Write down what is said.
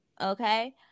okay